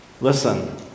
listen